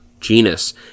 genus